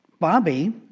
Bobby